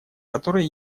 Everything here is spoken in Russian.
которой